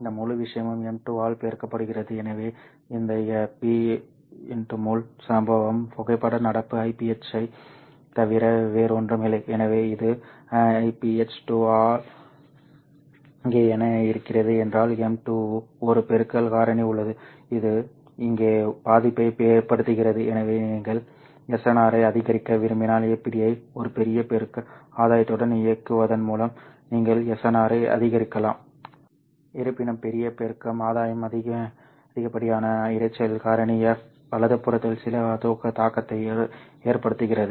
இந்த முழு விஷயமும் M2 ஆல் பெருக்கப்படுகிறது எனவே இந்த P x முள் சம்பவம் புகைப்பட நடப்பு Iph ஐத் தவிர வேறொன்றுமில்லை எனவே இது Iph 2 ஆனால் இங்கே என்ன இருக்கிறது என்றால் M2 ஒரு பெருக்கல் காரணி உள்ளது இது இங்கே பாதிப்பை ஏற்படுத்துகிறது எனவே நீங்கள் snr ஐ அதிகரிக்க விரும்பினால் APD ஐ ஒரு பெரிய பெருக்க ஆதாயத்துடன் இயக்குவதன் மூலம் நீங்கள் snr ஐ அதிகரிக்கலாம் இருப்பினும் பெரிய பெருக்க ஆதாயம் அதிகப்படியான இரைச்சல் காரணி F வலதுபுறத்தில் சில தாக்கத்தை ஏற்படுத்துகிறது